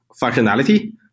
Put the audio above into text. functionality